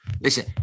Listen